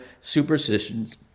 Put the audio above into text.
superstitions